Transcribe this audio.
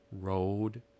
road